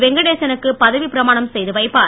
வெங்கடேசனுக்கு பதவி பிரமாணம் செய்து வைப்பார்